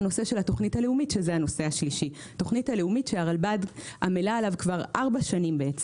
התוכנית הלאומית, הרלב"ד עמל עליו כבר ארבע שנים.